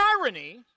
irony